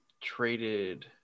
traded